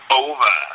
over